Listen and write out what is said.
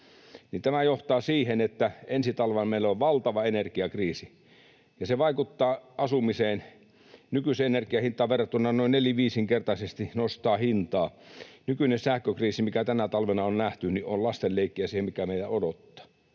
Tämä johtaa siihen, että ensi talvena meillä on valtava energiakriisi, ja se vaikuttaa asumiseen. Nykyiseen energian hintaan verrattuna se nostaa hintaa noin neli—viisinkertaisesti. Nykyinen sähkökriisi, mikä tänä talvena on nähty, on lastenleikkiä siihen, mikä meitä odottaa.